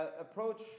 Approach